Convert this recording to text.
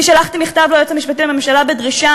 אני שלחתי מכתב ליועץ המשפטי לממשלה בדרישה